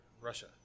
Russia